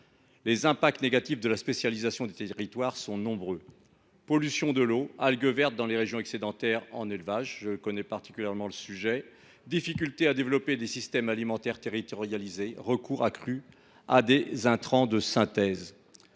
Les impacts négatifs de la spécialisation des territoires sont nombreux : pollutions de l’eau, algues vertes dans les régions excédentaires en élevage – je connais particulièrement ce sujet –, difficultés à développer des systèmes alimentaires territorialisés, ou encore recours accru à des intrants de synthèse.